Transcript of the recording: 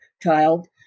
child